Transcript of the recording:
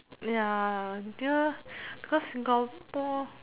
ya this one because Singapore